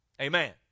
Amen